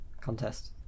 contest